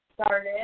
started